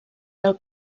del